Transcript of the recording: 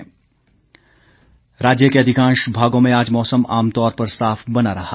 मौसम राज्य के अधिकांश भागों में आज मौसम आमतौर पर साफ बना रहा